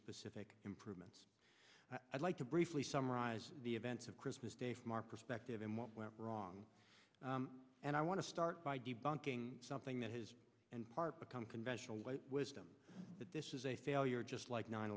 specific improvements i'd like to briefly summarize the events of christmas day from our perspective and what went wrong and i want to start by debunking something that has in part become conventional wisdom that this is a failure just like nine